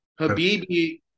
Habibi